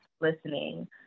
listening